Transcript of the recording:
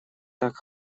так